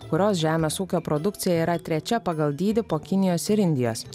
kurios žemės ūkio produkcija yra trečia pagal dydį po kinijos ir indijos